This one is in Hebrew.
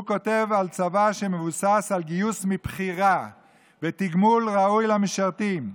הוא כותב על צבא שמבוסס על גיוס מבחירה ותגמול ראוי למשרתים.